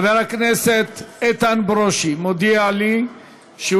חבר הכנסת איתן ברושי מודיע לי שהוא